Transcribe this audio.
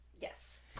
Yes